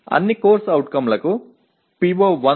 மற்றும் அனைத்து CO களுக்கும் PSO1 இது மட்டுமே